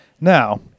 Now